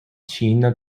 china